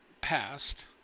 passed